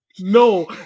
No